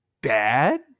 bad